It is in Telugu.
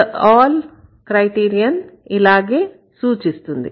'The all' క్రైటీరియన్ ఇలాగే సూచిస్తుంది